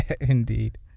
Indeed